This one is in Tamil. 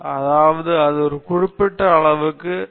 அதாவது அது ஒரு குறிப்பிட்ட அளவுக்கு செல்ல நேரம் எடுக்கும்